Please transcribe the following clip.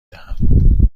دهم